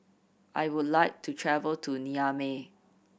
I would like to travel to Niamey